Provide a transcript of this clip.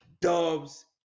dubs